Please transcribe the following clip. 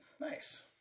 Nice